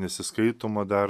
nesiskaitoma dar